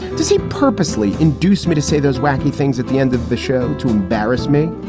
did he purposely induce me to say those wacky things at the end of the show to embarrass me?